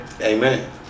Amen